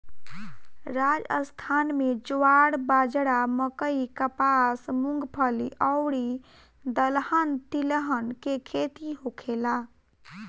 राजस्थान में ज्वार, बाजारा, मकई, कपास, मूंगफली अउरी दलहन तिलहन के खेती होखेला